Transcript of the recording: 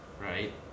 right